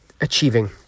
achieving